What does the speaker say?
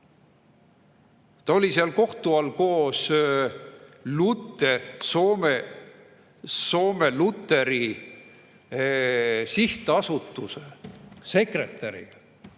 Ta oli seal kohtu all koos Soome luteri sihtasutuse sekretäriga.